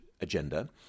agenda